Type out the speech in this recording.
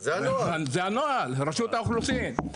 זה הנוהל, מרשות האוכלוסין.